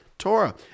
Torah